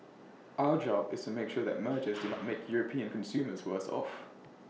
our job is to make sure that mergers do not make european consumers worse off